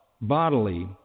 bodily